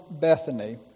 Bethany